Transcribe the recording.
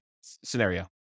scenario